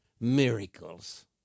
miracles